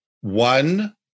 One